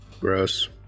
Gross